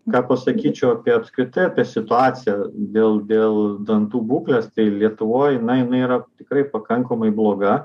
ką pasakyčiau apie apskritai apie situaciją dėl dėl dantų būklės tai lietuvoj jinai na yra tikrai pakankamai bloga